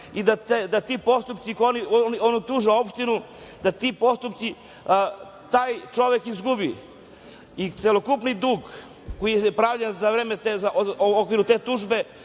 i da ti postupci, oni utuže opštinu, da ti postupci, taj čovek izgubi i celokupni dug koji je pravljen u okviru te tužbe